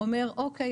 אומר 'או.קיי,